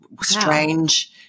strange